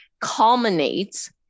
culminates